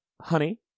honey